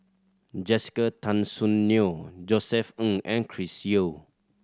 Jessica Tan Soon Neo Josef Ng and Chris Yeo